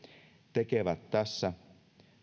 tekevät tässä